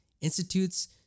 institutes